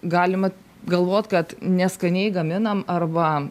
galima galvot kad neskaniai gaminam arba